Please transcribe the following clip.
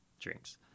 drinks